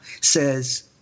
says